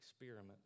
experiment